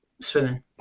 swimming